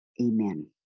Amen